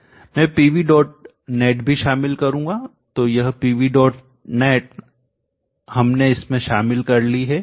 मैं pvnet भी शामिल करूँगा तो यह pvnet हमने इसमें शामिल कर ली है